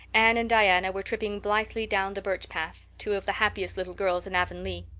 anne and diana were tripping blithely down the birch path, two of the happiest little girls in avonlea.